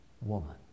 woman